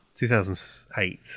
2008